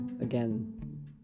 again